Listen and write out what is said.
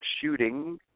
shooting